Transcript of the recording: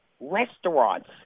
Restaurants